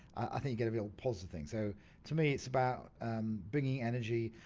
i think you get a real positive thing. so to me it's about bringing energy,